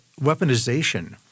weaponization